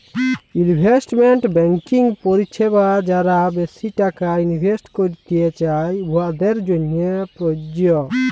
investment banking পরিছেবা যারা বেশি টাকা ইলভেস্ট ক্যইরতে চায়, উয়াদের জ্যনহে পরযজ্য